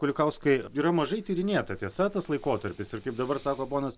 kulikauskai yra mažai tyrinėta tiesa tas laikotarpis ir kaip dabar sako ponas